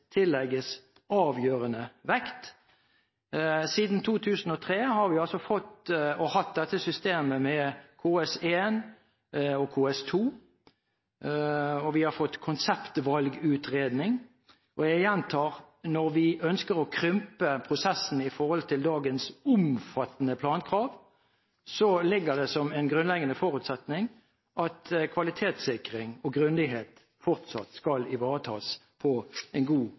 tillegges avgjørende vekt. Siden 2003 har vi hatt systemet med KS1 og KS2, og vi har fått konseptvalgutredning. Og jeg gjentar at når vi ønsker å krympe prosessen i forhold til dagens omfattende plankrav, ligger det som en grunnleggende forutsetning at kvalitetssikring og grundighet fortsatt skal ivaretas på en god